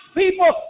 people